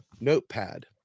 notepad